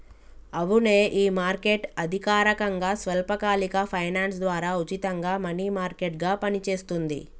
అవునే ఈ మార్కెట్ అధికారకంగా స్వల్పకాలిక ఫైనాన్స్ ద్వారా ఉచితంగా మనీ మార్కెట్ గా పనిచేస్తుంది